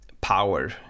power